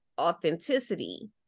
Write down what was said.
authenticity